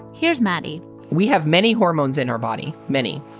here's maddie we have many hormones in our body many.